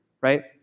right